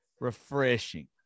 refreshing